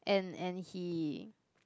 and and he